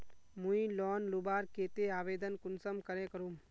मुई लोन लुबार केते आवेदन कुंसम करे करूम?